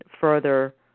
further